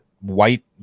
white